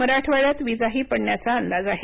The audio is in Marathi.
मराठवाड्यात विजाही पडण्याचा अंदाज आहे